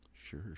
Sure